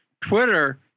twitter